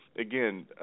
Again